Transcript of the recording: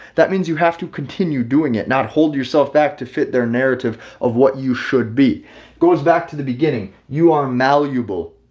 that means you have to continue doing it not hold yourself back to fit their narrative of what you should be goes back to the beginning. you are malleable,